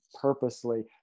purposely